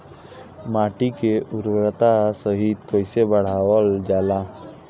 माटी के उर्वता शक्ति कइसे बढ़ावल जाला?